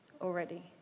already